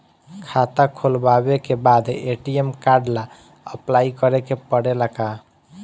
खाता खोलबाबे के बाद ए.टी.एम कार्ड ला अपलाई करे के पड़ेले का?